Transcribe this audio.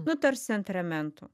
nu tarsi ant ramentų